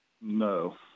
No